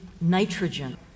nitrogen